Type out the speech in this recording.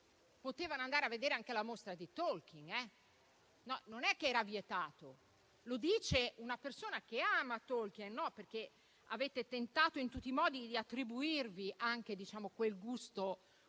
potevano andare a vedere anche la mostra di Tolkien, non era vietato. Lo dice una persona che ama Tolkien, perché avete tentato in tutti i modi di attribuirvi anche quel gusto culturale.